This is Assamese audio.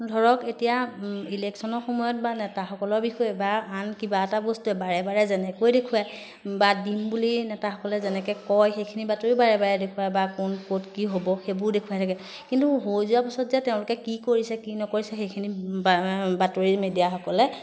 ধৰক এতিয়া ইলেকশ্যনৰ সময়ত বা নেতাসকলৰ বিষয়ে বা আন কিবা এটা বস্তুৱে বাৰে বাৰে যেনেকৈ দেখুৱায় বা দিম বুলি নেতাসকলে যেনেকৈ কয় সেইখিনি বাতৰিও বাৰে বাৰে দেখুৱায় বা কোন ক'ত কি হ'ব সেইবোৰ দেখুৱাই থাকে কিন্তু হৈ যোৱাৰ পিছত যে তেওঁলোকে কি কৰিছে কি নকৰিছে সেইখিনি বা বাতৰি মিডিয়াসকলে